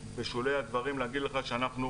בשולי הדברים אני יכול להגיד לך שאנחנו